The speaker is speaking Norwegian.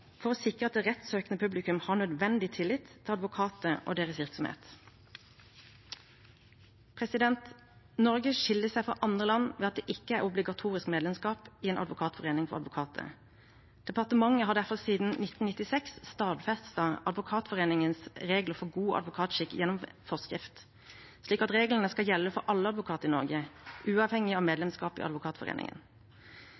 for å sikre at det rettsøkende publikum har nødvendig tillit til advokater og deres virksomhet. Norge skiller seg fra andre land ved at det ikke er obligatorisk medlemskap i en advokatforening for advokater. Departementet har derfor siden 1996 stadfestet Advokatforeningens regler for god advokatskikk gjennom forskrift, slik at reglene skal gjelde for alle advokater i Norge, uavhengig av